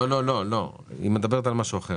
לא, היא מדברת על משהו אחר.